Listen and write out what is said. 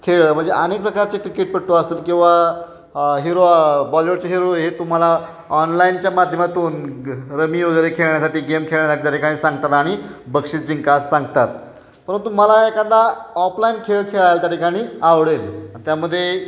खेळ म्हणजे अनेक प्रकारचे क्रिकेटपट्टू असतात किंवा हिरो बॉलीवूडचे हिरो हे तुम्हाला ऑनलाईनच्या माध्यमातून रमी वगैरे खेळण्यासाठी गेम खेळण्यासाठी तरी काही सांगतात आणि बक्षीस जिंका अस सांगतात परंतु मला एखादा ऑफलाईन खेळ खेळायला त्याठिकाणी आवडेल त्यामध्ये